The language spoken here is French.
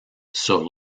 sur